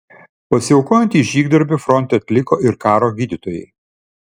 pasiaukojantį žygdarbį fronte atliko ir karo gydytojai